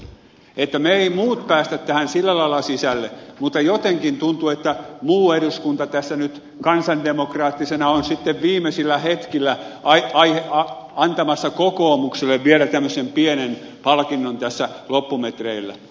me muut emme pääse tähän sillä lailla sisälle mutta jotenkin tuntuu että muu eduskunta tässä nyt kansandemokraattisena on sitten viimeisillä hetkillä antamassa kokoomukselle vielä tämmöisen pienen palkinnon tässä loppumetreillä